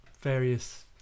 various